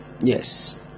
yes